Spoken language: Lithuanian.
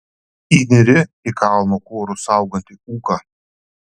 įnyri į kalno kuorus saugantį ūką